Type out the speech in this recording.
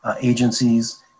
agencies